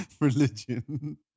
Religion